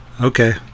Okay